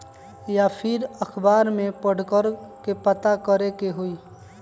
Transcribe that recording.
या फिर अखबार में पढ़कर के पता करे के होई?